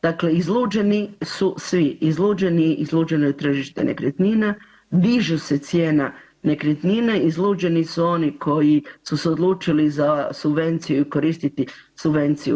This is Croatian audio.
Dakle, izluđeni su svi, izluđeni, izluđeno je tržište nekretnina, diže se cijena nekretnine, izluđeni su oni koji su se odlučili za subvenciju i koristiti subvenciju.